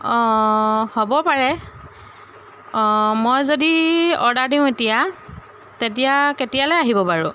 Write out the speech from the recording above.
অঁ হ'ব পাৰে অঁ মই যদি অৰ্ডাৰ দিওঁ এতিয়া তেতিয়া কেতিয়ালৈ আহিব বাৰু